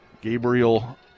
Gabriel